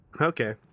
Okay